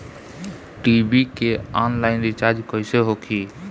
TV के online recharge कैसे होखी?